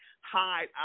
hide